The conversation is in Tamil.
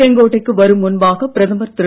செங்கோட்டைக்கு வரும் முன்பாக பிரதமர் திரு